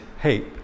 hey